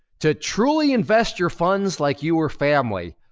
to truly invest your funds like you were family.